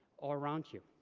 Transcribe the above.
or around you.